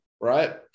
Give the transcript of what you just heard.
right